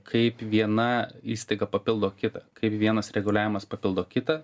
kaip viena įstaiga papildo kitą vienas reguliavimas papildo kitą